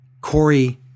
Corey